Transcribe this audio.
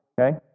Okay